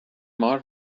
مار